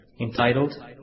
Entitled